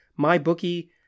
MyBookie